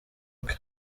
bwe